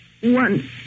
One